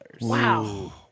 Wow